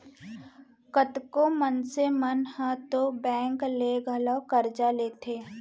कतको मनसे मन ह तो बेंक ले घलौ करजा लेथें